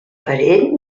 parent